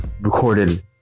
recorded